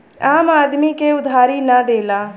आम आदमी के उधारी ना देला